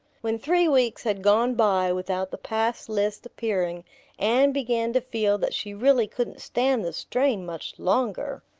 when three weeks had gone by without the pass list appearing anne began to feel that she really couldn't stand the strain much longer.